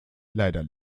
leider